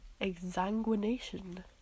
Exanguination